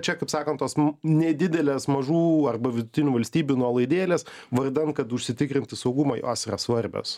čia kaip sakant tos nedidelės mažų arba vidutinių valstybių nuolaidėlės vardan kad užsitikrinti saugumą jos yra svarbios